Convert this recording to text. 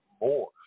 more